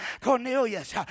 Cornelius